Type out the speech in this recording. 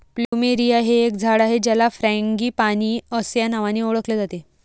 plumeria हे एक झाड आहे ज्याला फ्रँगीपानी अस्या नावानी ओळखले जाते